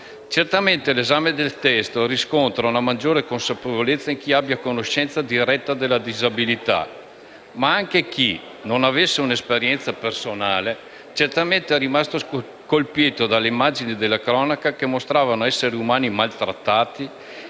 Certamente l'esame del testo riscontra una maggiore consapevolezza in chi abbia conoscenza diretta della disabilità. Ma anche chi non avesse una esperienza personale, è rimasto certamente colpito dalle immagini della cronaca, che mostravano esseri umani maltrattati